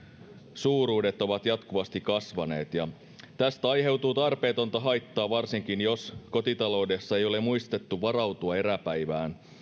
suuruudet ovat jatkuvasti kasvaneet tästä aiheutuu tarpeetonta haittaa varsinkin jos kotitaloudessa ei ole muistettu varautua eräpäivään